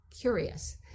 curious